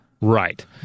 right